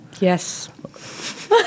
Yes